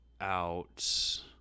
out